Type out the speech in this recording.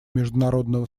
международного